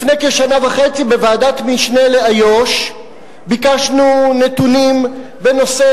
לפני כשנה וחצי בוועדת משנה לאיו"ש ביקשנו נתונים בנושא